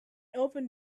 open